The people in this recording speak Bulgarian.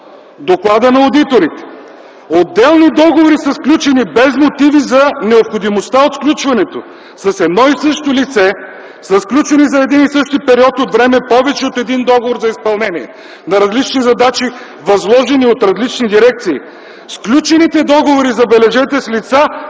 доклада на одиторите: „Отделни договори са сключени без мотиви за необходимостта от сключването. С едно и също лице са сключени за един и същи период от време повече от един договор за изпълнение на различни задачи, възложени от различни дирекции.” Забележете: „Сключените договори, са с лица,